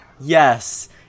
Yes